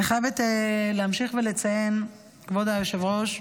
כבוד היושב-ראש,